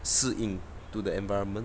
适应 to the environment